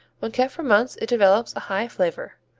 when kept for months it develops a high flavor.